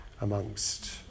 amongst